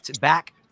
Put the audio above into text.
back